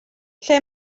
ble